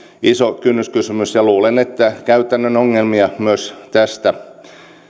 iso kynnyskysymys ja luulen että käytännön ongelmia myös tästä